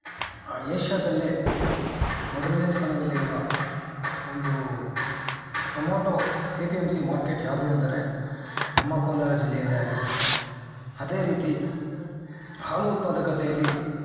ಏಷ್ಯಾದಲ್ಲೇ ಮೊದಲನೇ ಸ್ಥಾನದಲ್ಲಿರುವ ಒಂದು tomato A P M C market ಯಾವುದು ಅಂದರೆ ನಮ್ಮ ಕೋಲಾರ ಜಿಲ್ಲೆಯದೇ ಆಗಿದೆ ಅದೇ ರೀತಿ ಹಾಲು ಉತ್ಪಾದಕತೆಯಲ್ಲಿ